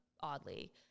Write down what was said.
oddly